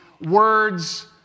words